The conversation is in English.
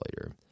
later